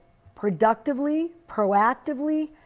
productively, proactively,